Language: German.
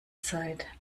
zeit